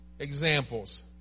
Examples